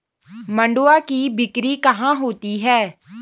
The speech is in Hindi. मंडुआ की बिक्री कहाँ होती है?